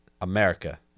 America